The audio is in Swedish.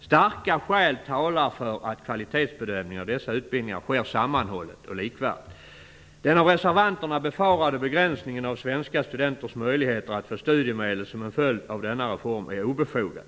Starka skäl talar för att kvalitetsbedömningen av dessa utbildningar sker sammanhållet och likvärdigt. Den av reservanterna befarade begränsningen av svenska studenters möjligheter att få studiemedel som en följd av denna reform är obefogad.